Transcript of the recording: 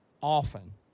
often